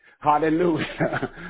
Hallelujah